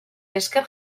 esker